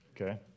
Okay